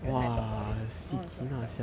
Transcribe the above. every time I talk about it I wanna kill myself